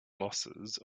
losses